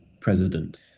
president